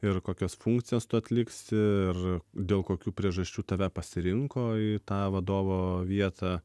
ir kokias funkcijas tu atliksi ir dėl kokių priežasčių tave pasirinko į tą vadovo vietą